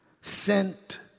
sent